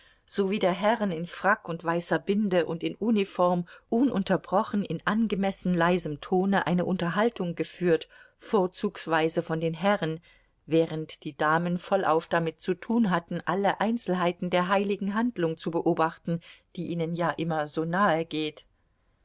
sowie der herren in frack und weißer binde und in uniform ununterbrochen in angemessen leisem tone eine unterhaltung geführt vorzugsweise von den herren während die damen vollauf damit zu tun hatten alle einzelheiten der heiligen handlung zu beobachten die ihnen ja immer so nahegeht